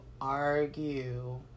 argue